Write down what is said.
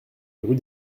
rue